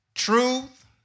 Truth